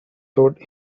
thought